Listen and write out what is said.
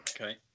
Okay